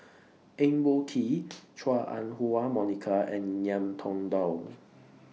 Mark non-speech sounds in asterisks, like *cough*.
Eng Boh Kee *noise* Chua Ah Huwa Monica and Ngiam Tong Dow